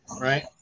Right